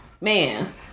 Man